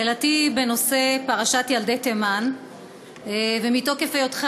שאלתי היא בנושא פרשת ילדי תימן ומתוקף היותך